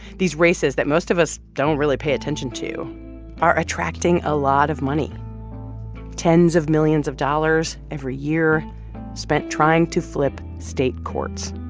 these races that most of us don't really pay attention to are attracting a lot of money tens of millions of dollars every year spent trying to flip state courts.